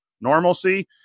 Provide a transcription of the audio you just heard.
normalcy